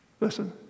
Listen